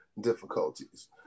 difficulties